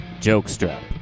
Jokestrap